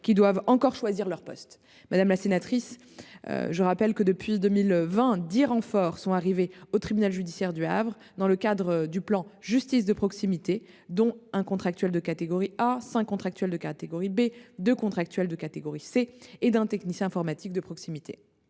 doivent encore choisir leur poste. Depuis 2020, je le rappelle, 10 renforts sont arrivés au tribunal judiciaire du Havre dans le cadre de la mise en œuvre du plan Justice de proximité, dont 1 contractuel de catégorie A, 5 contractuels de catégorie B, 2 contractuels de catégorie C et 1 technicien informatique de proximité.